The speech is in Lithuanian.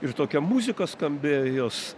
ir tokia muzika skambėjo jos